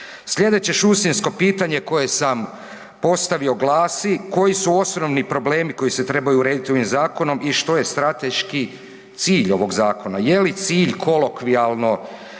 Sljedeće šusinjsko pitanje koje sam postavio, glasi, koji su osnovni problemi koji se trebaju urediti ovim zakonom i što je strateški cilj ovog zakona. Je li cilj kolokvijalno